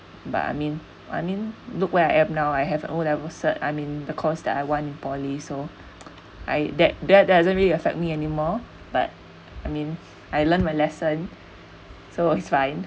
but I mean I mean look where I am now I have O level cert I'm in the course that I want in poly so I that that doesn't really affect me anymore but I mean I learned my lesson so it's fine